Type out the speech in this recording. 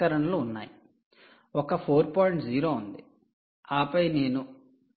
0 ఉంది ఆపై నేను 4